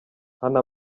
hano